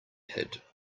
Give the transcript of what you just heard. hid